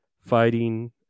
fighting